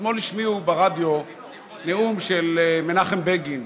אתמול השמיעו ברדיו נאום של מנחם בגין,